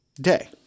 day